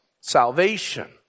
salvation